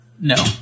No